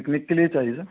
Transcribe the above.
picnic के लिए चाहिए सर